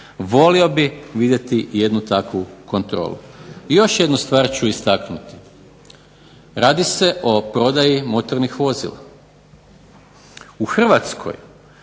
Volio bih vidjeti jednu takvu kontrolu. I još jednu stvar ću istaknuti. Radi se o prodaji motornih vozila. U Hrvatskoj